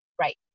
Right